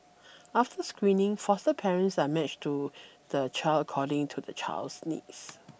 after screening foster parents are matched to the child according to the child's needs